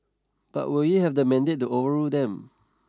but will he have the mandate to overrule them